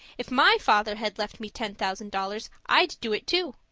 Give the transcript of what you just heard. if my father had left me ten thousand dollars, i'd do it, too.